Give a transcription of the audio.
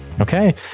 okay